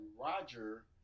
Roger